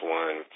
one